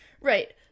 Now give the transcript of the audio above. right